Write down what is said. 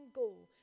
goal